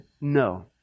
no